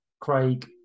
Craig